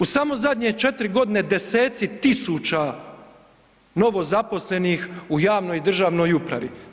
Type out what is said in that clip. U samo zadnje 4 godine deseci tisuća novozaposlenih u javnoj i državnoj upravi.